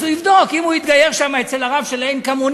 אז הוא יבדוק: אם הוא התגייר שם אצל הרב של עין-כמונים,